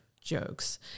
jokes